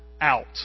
out